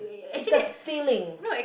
it's a feeling